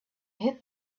hid